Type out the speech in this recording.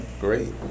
great